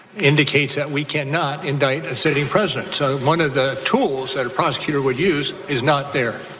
indicates that we cannot indict a sitting president. so one of the tools that a prosecutor would use is not there.